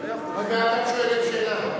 עוד מעט את שואלת שאלה.